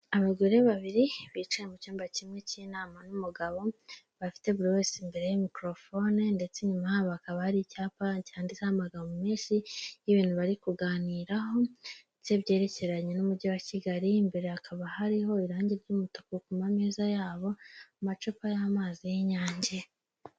Abagore babiri bicaye mu cyumba kimwe cy'inama n'umugabo, bafite buri wese imbere ya mikorofone ndetse inyuma habo hakaba hari icyapa cyanditseho amagambo menshi y'ibintu bari kuganiraho byerekeranye n'umujyi wa Kigali, imbere hakaba hariho irangi ry'umutuku kuma meza yabo amacupa y'amazi y'inyange.